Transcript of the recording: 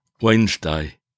Wednesday